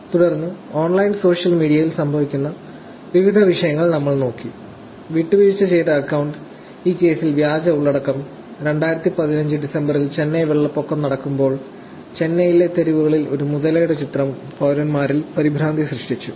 തുടർന്ന് online social മീഡിയയിൽ സംഭവിക്കുന്ന വിവിധ വിഷയങ്ങൾ നമ്മൾ നോക്കി വിട്ടുവീഴ്ച ചെയ്ത അക്കൌണ്ട് ഈ കേസിൽ വ്യാജ ഉള്ളടക്കം 2015 ഡിസംബറിൽ ചെന്നൈ വെള്ളപ്പൊക്കം നടക്കുമ്പോൾ ചെന്നൈയിലെ തെരുവുകളിൽ ഒരു മുതലയുടെ ചിത്രം പൌരന്മാരിൽ പരിഭ്രാന്തി സൃഷ്ടിച്ചു